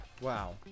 wow